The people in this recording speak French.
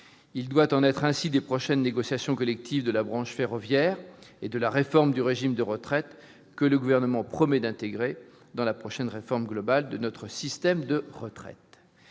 Cela vaut pour les prochaines négociations collectives de la branche ferroviaire et pour la réforme du régime de retraites que le Gouvernement promet d'intégrer dans la réforme globale à venir de notre système de retraites.